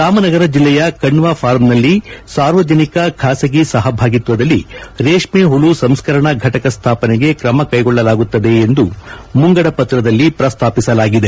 ರಾಮನಗರ ಜಿಲ್ಲೆಯ ಕಣ್ವ ಫಾರ್ಮ್ನಲ್ಲಿ ಸಾರ್ವಜನಿಕ ಖಾಸಗಿ ಸಹಭಾಗಿತ್ವದಲ್ಲಿ ರೇಷ್ಮೆ ಹುಳು ಸಂಸ್ಕರಣಾ ಫಟಕ ಸ್ಥಾಪನೆಗೆ ಕ್ರಮಕೈಗೊಳ್ಳಾಗುತ್ತದೆ ಎಂದು ಮುಂಗಡಪತ್ರದಲ್ಲಿ ಪ್ರಸ್ತಾಪಿಸಲಾಗಿದೆ